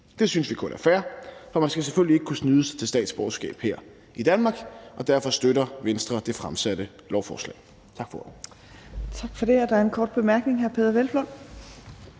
Det synes vi kun er fair, for man skal selvfølgelig ikke kunne snyde sig til statsborgerskab her i Danmark. Derfor støtter Venstre det fremsatte lovforslag. Tak for ordet.